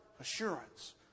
assurance